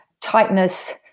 tightness